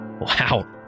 Wow